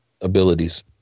abilities